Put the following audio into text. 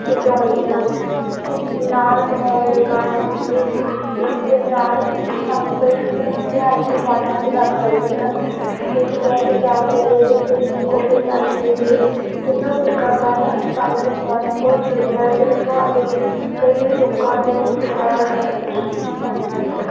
ਬਚਾਉਂਦੇ ਹਨ ਨਾ ਲਗਵਾਉਣ ਦੇ ਕਾਰਨ ਇਸ ਇਸ ਦੇ ਨਾਲ ਸਾਨੂੰ ਕਈ ਭਿ ਭਿਆਨਕ ਬਿਮਾਰੀਆਂ ਵੀ ਲੱਗ ਸਕਦੀਆਂ ਹਨ ਜਿਸ ਤੋਂ ਬਚਾ ਦੇ ਲਈ ਅਸੀਂ ਕੋਵਿਡ ਨਾਈਨਟੀ ਦੇ ਤਿੰਨੋਂ ਟੀਕਾਕਰਨ ਸਾਨੂੰ ਲਗਵਾਉਣੇ ਬਹੁਤ ਜ਼ਰੂਰੀ ਹੈ ਅਸੀਂ ਲਗਵਾ ਕੇ ਕਈ ਰੋਗਾਂ ਤੋਂ ਬਚਾ ਸਕਦੇ ਹਨ ਧੰਨਵਾਦ ਜੀ